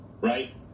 right